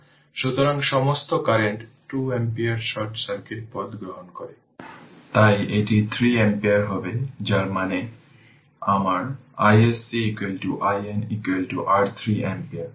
সুতরাং সমস্ত current 2 ampere short circuit পথ গ্রহণ করে তাই এটি 3 অ্যাম্পিয়ার হবে যার মানে আমার iSC IN r 3 অ্যাম্পিয়ার